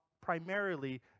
primarily